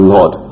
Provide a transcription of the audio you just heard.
Lord